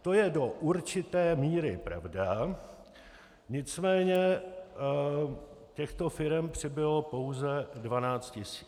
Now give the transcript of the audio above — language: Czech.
To je do určité míry pravda, nicméně těchto firem přibylo pouze 12 tisíc.